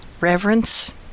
Reverence